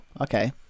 okay